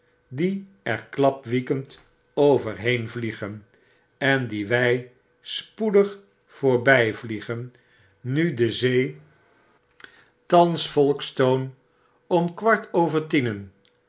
die er klapwiekend overheen vliegen en die wg spoedig voorbjjvliegen nu de zee overdrukken thans folkestone om kwart over tienen